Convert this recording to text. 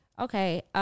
Okay